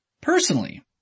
Personally